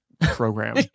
program